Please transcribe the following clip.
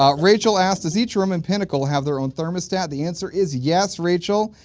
um rachael asked, is each room and pinnacle have their own thermostat, the answer is yes rachel.